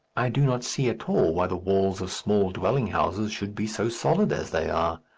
i do not see at all why the walls of small dwelling-houses should be so solid as they are.